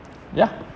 ya